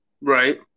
Right